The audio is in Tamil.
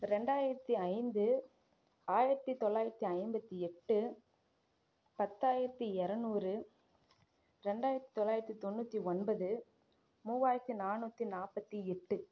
ரெண்டாயிரத்தி ஐந்து ஆயிரத்தி தொள்ளாயிரத்தி ஐம்பத்தி எட்டு பத்தாயிரத்தி இரநூறு ரெண்டாயித்தி தொள்ளாயிரத்தி தொண்ணூற்றி ஒன்பது மூவாயிரத்தி நானூற்றி நாற்பத்தி எட்டு